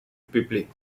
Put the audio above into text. peuplée